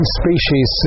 species